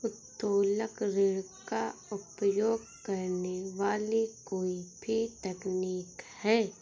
उत्तोलन ऋण का उपयोग करने वाली कोई भी तकनीक है